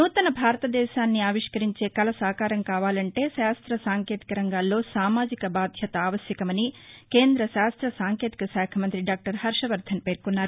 నూతనభారతదేశాన్ని ఆవిష్కరించే కల సాకారం కావాలంటే శాస్త్ర సాంకేతిక రంగాల్లో సామాజిక బాధ్యత ఆవశ్యకమని కేంద్ర శాస్త్ర సాంకేతిక శాఖ మంత్రి డాక్టర్ హర్షవర్దన్ పేర్కొన్నారు